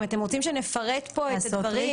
אם אתם רוצים שנפרט פה את הדברים,